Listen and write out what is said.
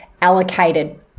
allocated